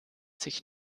sich